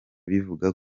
bivuga